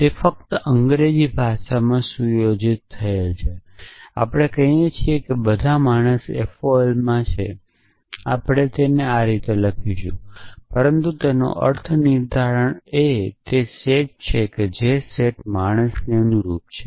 તે ફક્ત અંગ્રેજી ભાષામાં સુયોજિત થયેલ છે આપણે કહીએ છીએ કે બધા પુરુષો FOL માં છે આપણે તેને આ રીતે લખીશું પરંતુ તેનો અર્થનિર્ધારણ એ તે સેટ છે જે સેટ માણસને અનુરૂપ છે